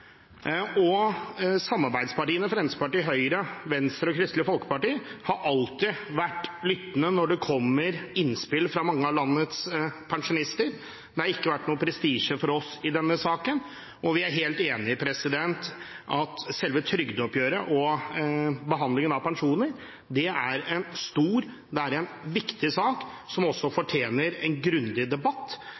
forslagsstiller. Samarbeidspartiene Fremskrittspartiet, Høyre, Venstre og Kristelig Folkeparti har alltid vært lyttende når det kommer innspill fra mange av landets pensjonister. Det har ikke vært noen prestisje for oss i denne saken, og vi er helt enig i at selve trygdeoppgjøret og behandlingen av pensjoner er en stor og viktig sak som fortjener en grundig debatt.